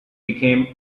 became